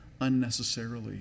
unnecessarily